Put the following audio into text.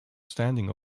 standing